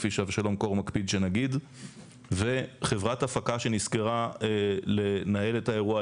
כפי שאבשלום קור מקפיד שנגיד; וחברת הפקה שנשכרה לנהל את האירוע,